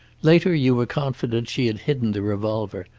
later you were confident she had hidden the revolver,